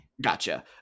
gotcha